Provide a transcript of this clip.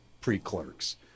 pre-clerks